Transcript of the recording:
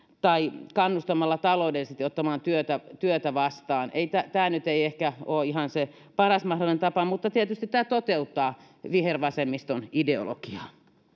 tai kannustamalla taloudellisesti ottamaan työtä työtä vastaan tämä ei nyt ehkä ole ihan se paras mahdollinen tapa mutta tietysti tämä toteuttaa vihervasemmiston ideologiaa